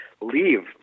leave